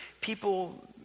people